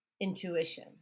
intuition